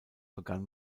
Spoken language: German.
begann